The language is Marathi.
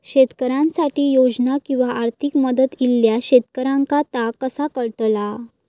शेतकऱ्यांसाठी योजना किंवा आर्थिक मदत इल्यास शेतकऱ्यांका ता कसा कळतला?